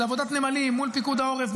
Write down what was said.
זאת עבודת נמלים מול פיקוד העורף,